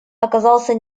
оказался